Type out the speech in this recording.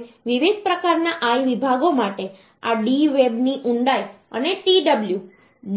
હવે વિવિધ પ્રકારના I વિભાગો માટે આ d વેબની ઊંડાઈ અને tw